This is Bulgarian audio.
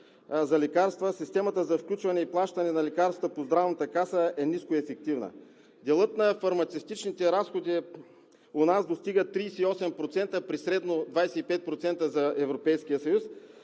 за лекарства – системата за включване и плащане на лекарства по Здравната каса, е нискоефективна. Делът на фармацевтичните разходи у нас достига 38% при средно 25% за